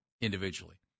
individually